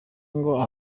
ngo